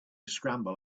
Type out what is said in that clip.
scramble